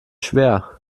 schwer